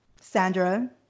Sandra